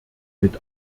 mit